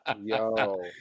Yo